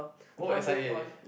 oh s_i_a